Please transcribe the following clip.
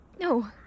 No